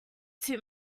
too